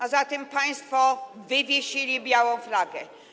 A zatem państwo wywiesili białą flagę.